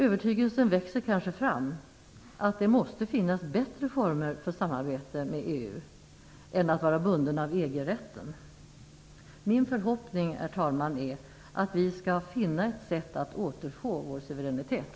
Övertygelsen växer kanske fram att det måste finnas bättre former för samarbete med EU än att vara bunden av Herr talman! Min förhoppning är att vi skall finna ett sätt att återfå vår suveränitet.